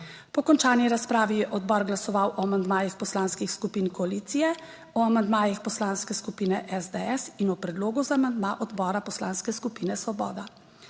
Po končani razpravi je odbor glasoval o amandmajih poslanskih skupin koalicije, o amandmajih Poslanske skupine SDS in o predlogu za amandma odbora Poslanske skupine Svoboda.